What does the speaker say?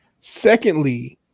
Secondly